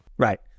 Right